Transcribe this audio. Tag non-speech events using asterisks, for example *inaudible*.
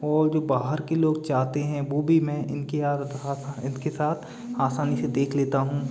और जो बाहर के लोग चाहते हैं वो भी मैं इनकी *unintelligible* इनके साथ आसानी से देख लेता हूँ